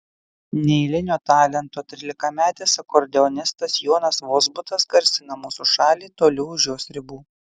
neeilinio talento trylikametis akordeonistas jonas vozbutas garsina mūsų šalį toli už jos ribų